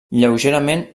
lleugerament